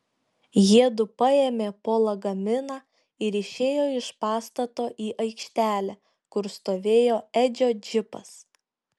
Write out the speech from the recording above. jiedu paėmė po lagaminą ir išėjo iš pastato į aikštelę kur stovėjo edžio džipas